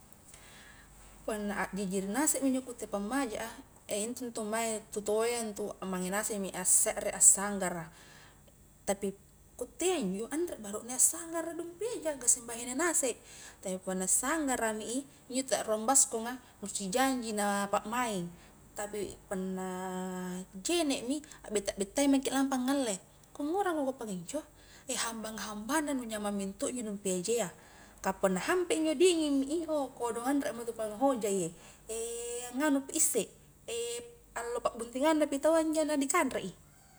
Punna akjijiri ngasek minjo ku utte pammaja a, intu-ntu mae tutuayya intu amange ngasek mi assekre, assanggara, tapi ku uttea injo anre barukne assanggara dumpi eja, gassing bahine ngasek, tapi punna sanggara mi i, injo ta ruang baskonga nu si jang ji na pakmaing tapi punna jene' mi, akbetta-bettaing maki lampa ngale, ku ngura kukua pakinjo, hambang-hambang na nu nyamang mento injo dumpi ejayya, ka punna hampe injo dinging mi i, ou kodong anre mo intu pole anghojaie, angnganu pi isse allo pa'buntingang na pi taua injo na di kanre i.